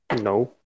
No